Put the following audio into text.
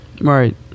Right